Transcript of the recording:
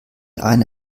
eine